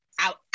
out